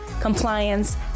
compliance